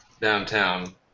downtown